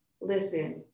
Listen